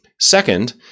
Second